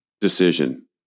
decision